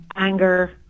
Anger